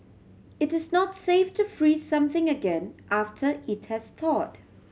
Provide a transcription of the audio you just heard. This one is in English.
it is not safe to freeze something again after it has thawed